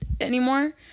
anymore